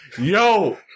yo